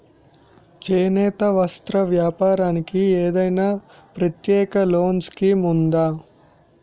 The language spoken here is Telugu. చేనేత వస్త్ర వ్యాపారానికి ఏదైనా ప్రత్యేక లోన్ స్కీం ఉందా?